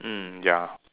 mm ya